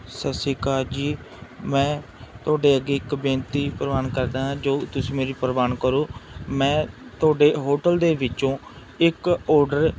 ਸਤਿ ਸ਼੍ਰੀ ਅਕਾਲ ਜੀ ਮੈਂ ਤੁਹਾਡੇ ਅੱਗੇ ਇੱਕ ਬੇਨਤੀ ਪ੍ਰਵਾਨ ਕਰਦਾ ਜੋ ਤੁਸੀਂ ਮੇਰੀ ਪ੍ਰਵਾਨ ਕਰੋ ਮੈਂ ਤੁਹਾਡੇ ਹੋਟਲ ਦੇ ਵਿੱਚੋਂ ਇੱਕ ਓਡਰ